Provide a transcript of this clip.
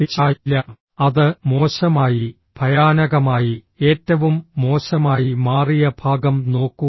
തീർച്ചയായും ഇല്ല അത് മോശമായി ഭയാനകമായി ഏറ്റവും മോശമായി മാറിയ ഭാഗം നോക്കൂ